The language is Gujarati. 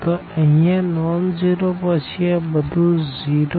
તો અહિયા નોન ઝીરો પછી આ બધું ઝીરો